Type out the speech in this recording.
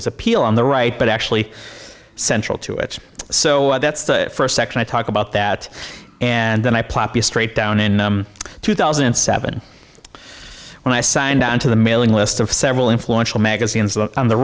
his appeal on the right but actually central to it so that's the first section i talk about that and then i plop it straight down in two thousand and seven when i signed on to the mailing list of several influential magazines on the